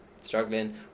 struggling